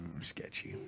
Sketchy